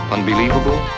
Unbelievable